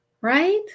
right